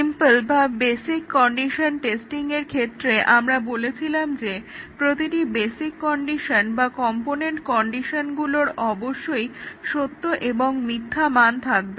simple বা basic condition টেস্টিংয়ের ক্ষেত্রে আমরা বলেছিলাম যে প্রতিটি বেসিক কন্ডিশন বা কম্পনেন্ট কন্ডিশনগুলোর অবশ্যই সত্য এবং মিথ্যা মান থাকবে